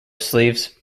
sleeves